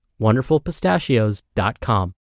wonderfulpistachios.com